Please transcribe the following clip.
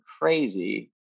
crazy